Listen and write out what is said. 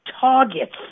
targets